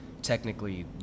Technically